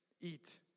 eat